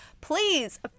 please